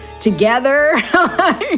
together